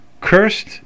cursed